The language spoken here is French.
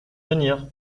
venir